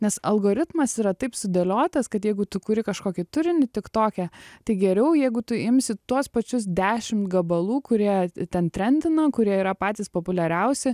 nes algoritmas yra taip sudėliotas kad jeigu tu kuri kažkokį turinį tik toke tai geriau jeigu tu imsi tuos pačius dešimt gabalų kurie ten trendina kurie yra patys populiariausi